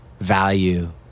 value